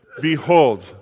behold